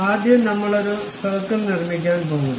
ആദ്യം നമ്മൾ ഒരു സർക്കിൾ നിർമ്മിക്കാൻ പോകുന്നു